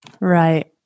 Right